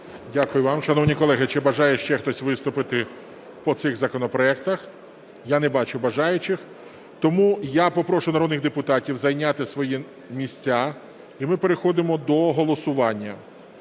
Дякую вам. Шановні колеги, чи бажає ще хтось виступити по цим законопроектам? Я не бачу бажаючих. Тому я попрошу народних депутатів зайняти свої місця і ми переходимо до голосування.